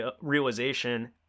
realization